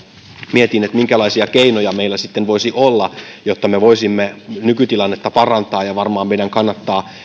mietin minkälaisia keinoja meillä sitten voisi olla jotta me voisimme nykytilannetta parantaa ja varmaan meidän kannattaa